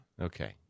Okay